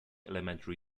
elementary